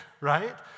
right